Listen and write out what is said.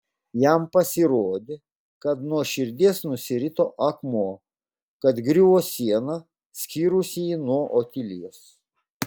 jam pasirodė kad nuo širdies nusirito akmuo kad griuvo siena skyrusi jį nuo otilijos